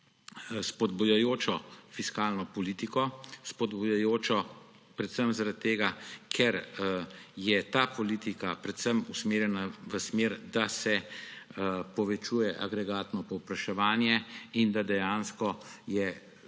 spodbujajočo fiskalno politiko. Spodbujajočo predvsem zaradi tega, ker je ta politika predvsem usmerjena v smer, da se povečuje agregatno povpraševanje in da dejansko je